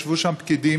ישבו שם פקידים,